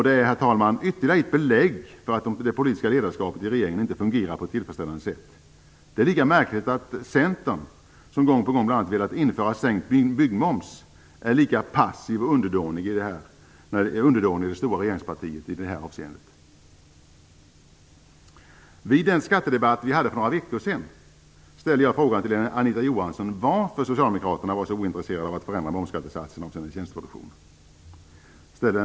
Det är, herr talman, ytterligare ett belägg för att det politiska ledarskapet i regeringen inte fungerar på ett tillfredsställande sätt. Det är lika märkligt att Centern, som gång på gång bl.a. velat införa sänkt byggmoms, är lika passiv och underdånig det stora regeringspartiet i detta avseende. Vid den skattedebatt vi hade för några veckor sedan frågade jag Anita Johansson varför Socialdemokraterna var så ointresserade av att förändra momsskattesatsen avseende tjänsteproduktion.